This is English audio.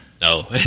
No